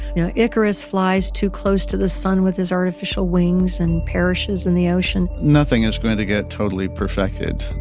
you know, icarus flies too close to the sun with his artificial wings and perishes in the ocean nothing is going to get totally perfected.